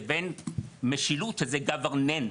לבין משילות שזה governance.